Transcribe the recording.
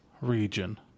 region